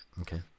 Okay